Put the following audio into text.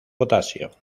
potasio